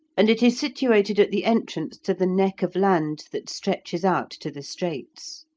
and it is situated at the entrance to the neck of land that stretches out to the straits.